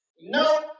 no